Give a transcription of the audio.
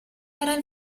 era